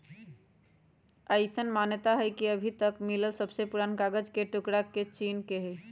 अईसन मानता हई कि अभी तक मिलल सबसे पुरान कागज के टुकरा चीन के हई